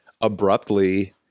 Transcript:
abruptly